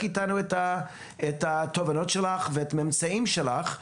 איתנו את התובנות שלך ואת הממצאים שלך.